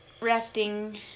Resting